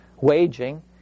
waging